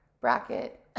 bracket